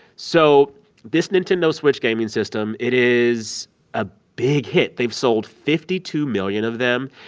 so this nintendo switch gaming system, it is a big hit. they've sold fifty two million of them.